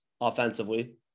offensively